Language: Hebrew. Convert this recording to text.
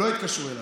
לא התקשרו אליו.